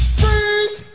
freeze